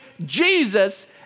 Jesus